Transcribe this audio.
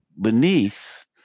beneath